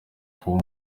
kuba